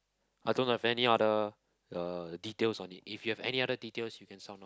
I don't have any other uh details on it if you have any other details you can sound out